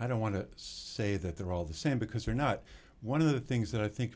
i don't want to say that they're all the same because they're not one of the things that i think